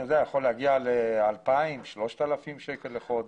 זה יכול להגיע ל-2,000 3,000 שקל לחודש.